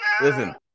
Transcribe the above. Listen